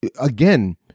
Again